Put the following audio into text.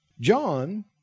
John